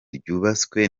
ryubatswe